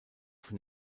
von